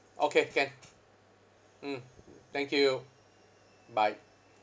okay can mm thank you bye